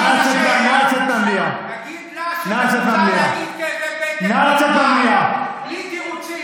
נא לצאת מהמליאה, בבקשה.